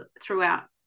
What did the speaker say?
throughout